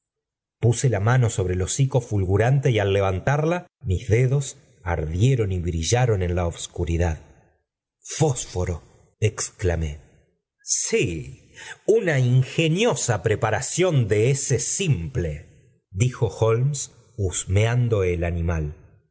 puse la mano bobre el hocico fulgurante y al levantarla mis dedos ardieron y brillaron en la obscuridad j fósforo exclamé sí una ingeniosa preparación de ese simple dijo holmes husmeando el animal